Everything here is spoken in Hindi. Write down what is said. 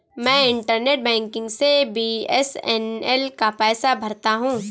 मैं इंटरनेट बैंकिग से बी.एस.एन.एल का पैसा भरता हूं